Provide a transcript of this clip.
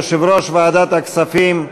יושב-ראש ועדת הכספים,